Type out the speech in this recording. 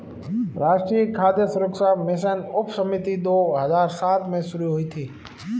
राष्ट्रीय खाद्य सुरक्षा मिशन उपसमिति दो हजार सात में शुरू हुई थी